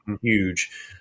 huge